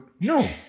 No